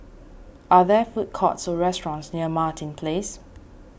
are there food courts or restaurants near Martin Place